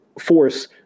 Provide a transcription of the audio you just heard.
force